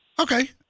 Okay